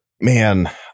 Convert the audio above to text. Man